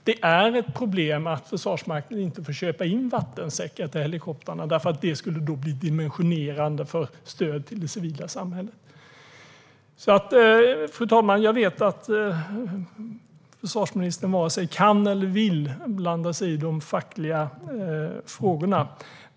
Det är ett problem att Försvarsmakten inte får köpa in vattensäckar till helikoptrarna därför att det då skulle bli dimensionerande för stöd till det civila samhället. Fru talman! Jag vet att försvarsministern varken kan eller vill blanda sig i de fackliga frågorna.